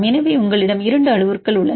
எனவே உங்களிடம் 2 அளவுருக்கள் உள்ளன